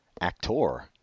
actor